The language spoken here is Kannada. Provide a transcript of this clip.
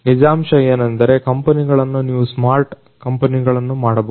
ನಿಜಾಂಶ ಏನೆಂದರೆ ಕಂಪನಿಗಳನ್ನು ನೀವು ಸ್ಮಾರ್ಟ್ ಕಂಪನಿಗಳನ್ನು ಮಾಡಬಹುದು